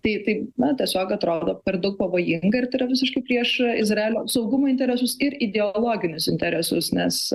tai tai na tiesiog atrodo per daug pavojinga ir tai yra visiškai prieš izraelio saugumo interesus ir ideologinius interesus nes